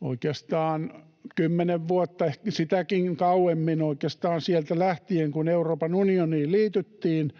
oikeastaan jo kymmenen vuotta, ehkä sitäkin kauemmin, oikeastaan siitä lähtien, kun Euroopan unioniin liityttiin.